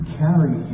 carry